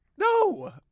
No